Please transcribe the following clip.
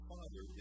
Father